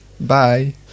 Bye